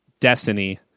Destiny